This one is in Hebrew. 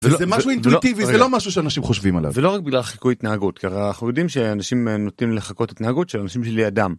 זה משהו אינטואיטיבי זה לא משהו שאנשים חושבים עליו זה לא רק בגלל חיקוי התנהגות כי הרי אנחנו יודעים שאנשים נוטים לחקות התנהגות של אנשים לידם.